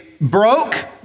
broke